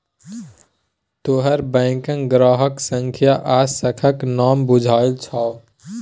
तोहर बैंकक ग्राहक संख्या आ शाखाक नाम बुझल छौ